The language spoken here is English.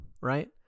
right